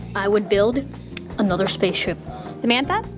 i would build another spaceship samantha?